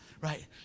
Right